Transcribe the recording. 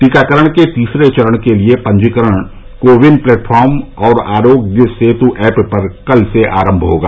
टीकाकरण के तीसरे चरण के लिए पंजीकरण को पिन प्लेटफॉर्म और आरोग्य सेतु एप पर कल से आरंभ होगा